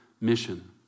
mission